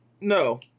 No